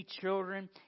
children